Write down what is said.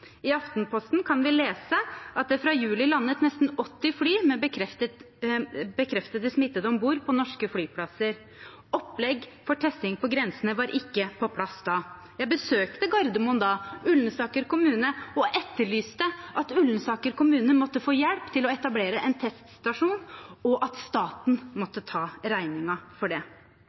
I Aftenposten kan vi lese at det fra juli landet nesten 80 fly med bekreftet smittede om bord på norsk flyplasser. Opplegg for testing på grensene var ikke på plass da. Jeg besøkte Gardermoen i Ullensaker kommune og etterlyste hjelp til Ullensaker kommune for å etablere en teststasjon, og at staten måtte ta regningen for det.